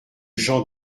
jean